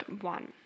one